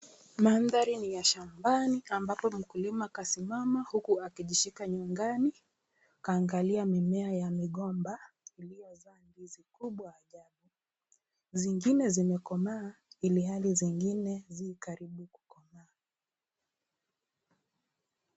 Mandhari niya shambani ambapo mkulima kasimama huku akijishika nyongani kaangalia mimea ya migomba iliyozaa ndizi kubwa ajabu, zingine zimekomaa ilhali zingine zi karibu kukomaa.